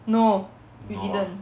no you didn't